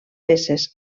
peces